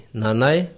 nanai